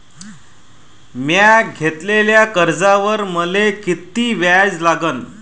म्या घेतलेल्या कर्जावर मले किती व्याज लागन?